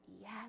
yes